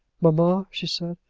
mamma, she said,